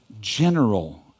general